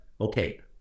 okay